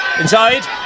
inside